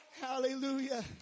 Hallelujah